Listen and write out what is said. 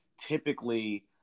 typically